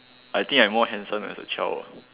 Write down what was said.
I think I more handsome as a child